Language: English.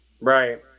Right